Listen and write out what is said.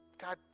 God